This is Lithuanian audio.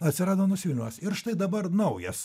atsirado nusivylimas ir štai dabar naujas